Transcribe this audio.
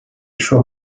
suo